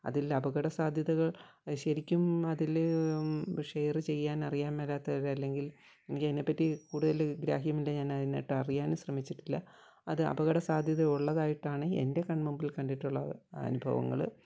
അതിലപകട സാധ്യതകൾ ശരിക്കും അതില് ഷെയറ് ചെയ്യാനറിയാൻ മേലാത്തവർ അല്ലെങ്കിൽ എനിക്കതിനെപ്പറ്റി കൂടുതല് ഗ്രാഹ്യമില്ല ഞാനതിനൊട്ടറിയാനും ശ്രമിച്ചിട്ടില്ല അത് അപകസാധ്യത ഒള്ളതായിട്ടാണ് എൻ്റെ കണ്മുമ്പിൽ കണ്ടിട്ടുള്ളത് അനുഭവങ്ങള്